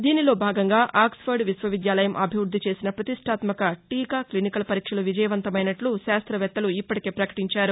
దీనిలో భాగంగా ఆక్స్ఫర్డ్ విశ్వవిద్యాలయం అభివృద్దిచేసిన పతిష్యాత్మక టీకా క్లినికల్ పరీక్షలు విజయవంతమైనట్లు శాస్తవేత్తలు ఇప్పటికే పకటించారు